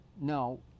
no